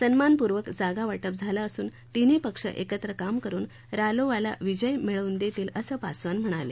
सन्मानपूर्वक जागावाटप झालं असून तिन्ही पक्ष एकत्र काम करून रालोआला विजय मिळवून देतील असं पासवान म्हणाले